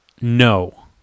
No